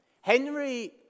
Henry